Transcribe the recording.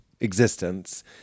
existence